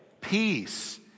peace